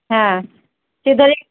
হ্যাঁ সেটাই